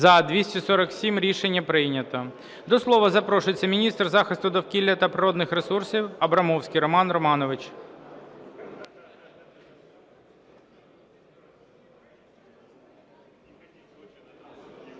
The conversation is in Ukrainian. За-241 Рішення прийнято. До слова запрошується міністр захисту довкілля та природних ресурсів Абрамовський Роман Романович.